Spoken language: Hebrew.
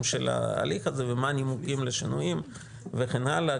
ההליך הזה ומה הנימוקים לשינויים וכן הלאה,